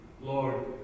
Lord